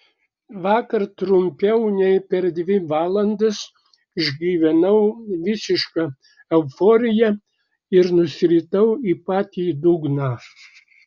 vakar trumpiau nei per dvi valandas išgyvenau visišką euforiją ir nusiritau į patį dugną